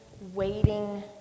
waiting